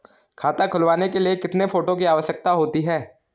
खाता खुलवाने के लिए कितने फोटो की आवश्यकता होती है?